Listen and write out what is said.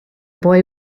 boy